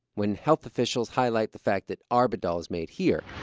when health officials highlight the fact that arbidol is made here,